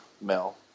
Mel